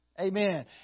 Amen